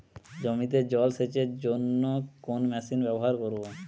জমিতে জল সেচের জন্য কোন মেশিন ব্যবহার করব?